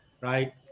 right